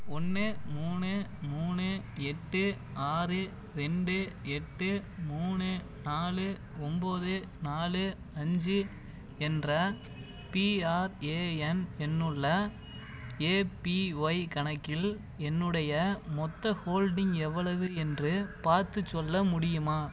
ஒன்று மூணு மூணு எட்டு ஆறு ரெண்டு எட்டு மூணு நாலு ஒம்பது நாலு அஞ்சு என்ற பிஆர்ஏஎன் எண்ணுள்ள ஏபிஒய் கணக்கில் என்னுடைய மொத்த ஹோல்டிங் எவ்வளவு என்று பார்த்துச் சொல்ல முடியுமா